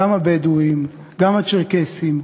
גם הבדואים, גם הצ'רקסים.